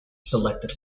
selected